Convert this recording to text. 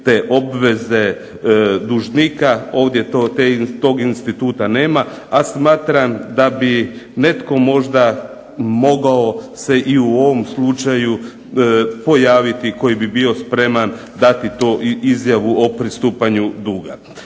te obveze dužnika ovdje tog instituta nema, a smatram da bi netko možda mogao se i u ovom slučaju pojaviti koji bi bio spreman dati tu i izjavu o pristupanju duga.